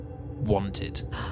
wanted